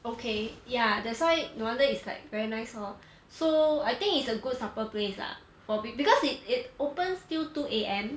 okay ya that's why no wonder it's like very nice lor so I think it's a good supper place ah for peo~ because it it opens till two a m